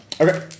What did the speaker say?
Okay